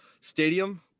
stadium